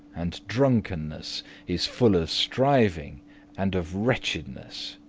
and drunkenness is full of striving and of wretchedness.